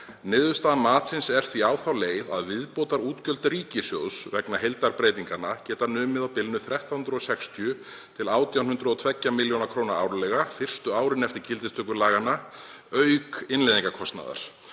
„Niðurstaða matsins er því á þá leið að viðbótarútgjöld ríkissjóðs vegna heildarbreytinganna geti numið á bilinu 1.360 til 1.802 millj. kr. árlega fyrstu árin eftir gildistöku laganna auk innleiðingarkostnaðar.“